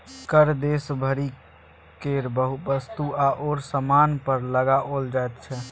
कर देश भरि केर वस्तु आओर सामान पर लगाओल जाइत छै